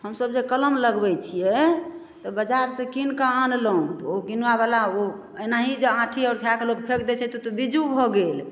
हमसब जे कलम लगबै छियै तऽ बजारसँ कीनकऽ आनलहुँ तऽ ओ किनुआवला ओ एनाही जे आँठी आओर खाकऽ लोक फेक दै छै तऽ ओ तऽ बीजू भऽ गेल